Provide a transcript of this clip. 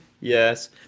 yes